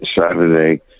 Saturday